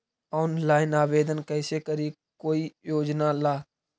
Online आवेदन कैसे करी कोई योजना ला?